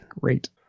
great